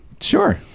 sure